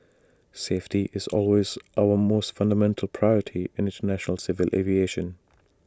safety is always our most fundamental priority in International civil aviation